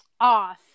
off